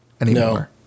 anymore